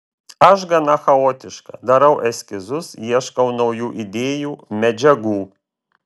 aš gana chaotiška darau eskizus ieškau naujų idėjų medžiagų